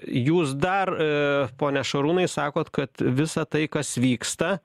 jūs dar pone šarūnai sakot kad visa tai kas vyksta